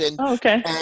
okay